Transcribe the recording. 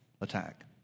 attack